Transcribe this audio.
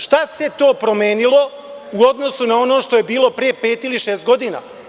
Šta se to promenilo u odnosu na ono što je bilo pre pet ili šest godina?